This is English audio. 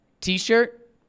t-shirt